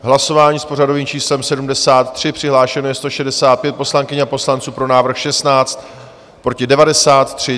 Hlasování s pořadovým číslem 73, přihlášeno je 165 poslankyň a poslanců, pro návrh 16, proti 93.